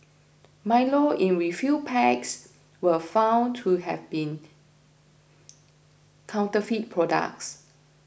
Milo in refill packs were found to have been counterfeit products